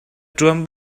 ṭuan